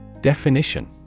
Definition